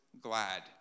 glad